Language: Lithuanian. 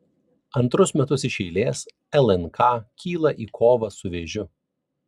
antrus metus iš eilės lnk kyla į kovą su vėžiu